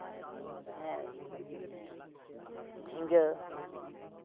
ᱦᱮᱸ ᱡᱷᱤᱸᱜᱟᱹ